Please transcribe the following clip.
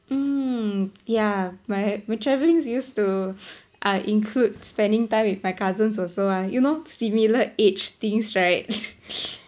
mm yeah my my used to uh include spending time with my cousins also ah you know similar age things right